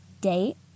date